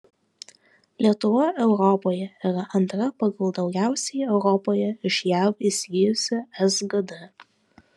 lietuva europoje yra antra pagal daugiausiai europoje iš jav įsigijusi sgd